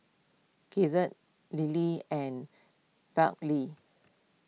Gidget Lilly and Brantley